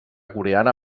coreana